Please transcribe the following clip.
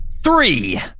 Three